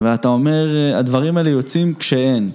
ואתה אומר הדברים האלה יוצאים כשאין